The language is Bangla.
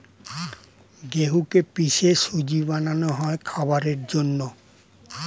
গেহুকে পিষে সুজি বানানো হয় খাবারের জন্যে